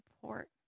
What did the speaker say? support